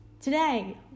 Today